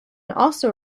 also